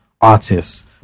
artists